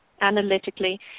analytically